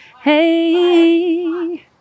Hey